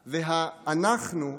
וה"אנחנו"